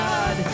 God